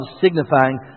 signifying